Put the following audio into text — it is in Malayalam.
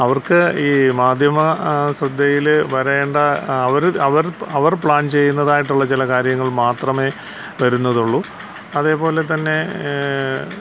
അവർക്ക് ഈ മാധ്യമ ശ്രദ്ധയിൽ വരേണ്ട അവർ അവർ അവർ പ്ലാൻ ചെയ്യുന്നതായിട്ടുള്ള ചില കാര്യങ്ങൾ മാത്രമേ വരുന്നതുള്ളു അതേപോലെതന്നെ